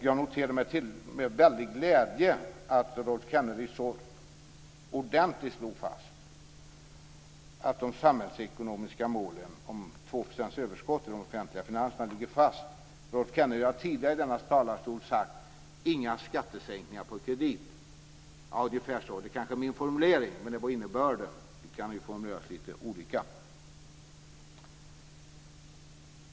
Jag noterar med glädje att Rolf Kenneryd så ordentligt slog fast att de samhällsekonomiska målen om 2 % överskott ligger fast. Rolf Kenneryd har tidigare i denna talarstol sagt att det inte skall vara skattesänkningar på kredit. I alla fall var det ungefär så, det kanske var min formulering, men innebörden var så. Vi kan ju formulera oss lite olika.